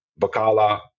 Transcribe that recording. Bacala